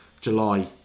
July